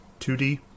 2D